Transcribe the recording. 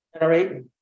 generate